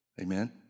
Amen